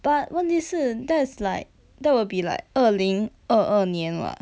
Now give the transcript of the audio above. but 问题是 that's like that will be like 二零二二年 [what]